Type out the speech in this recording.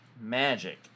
magic